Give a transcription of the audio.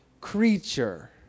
creature